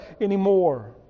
anymore